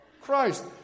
Christ